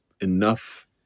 enough